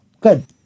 Good